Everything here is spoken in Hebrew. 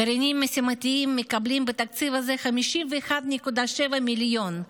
גרעינים משימתיים מקבלים בתקציב הזה 51.7 מיליון,